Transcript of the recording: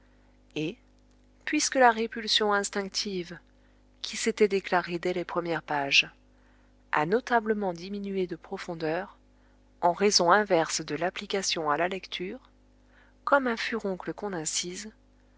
et puisque la répulsion instinctive qui s'était déclarée dès les premières pages a notablement diminué de profondeur en raison inverse de l'application à la lecture comme un furoncle qu'on incise